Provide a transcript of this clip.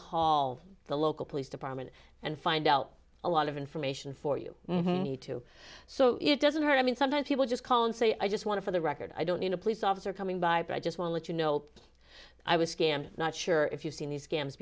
call the local police department and find out a lot of information for you need to so it doesn't hurt i mean sometimes people just call and say i just want to for the record i don't need a police officer coming by but i just want you know i was scammed not sure if you've seen these scams